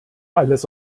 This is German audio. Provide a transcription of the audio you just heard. alles